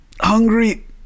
hungry